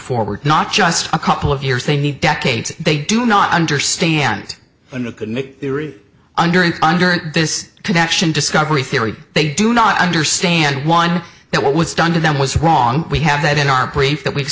forward not just a couple of years they need decades they do not understand and under and under this connection discovery theory they do not understand one that what was done to them was wrong we have that in our brief that we